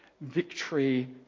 victory